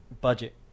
Budget